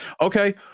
Okay